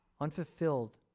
unfulfilled